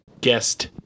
Guest